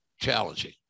challenging